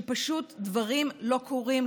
שבה דברים לא קורים,